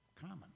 common